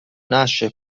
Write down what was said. nasce